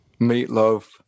Meatloaf